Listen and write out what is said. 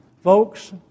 folks